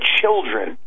children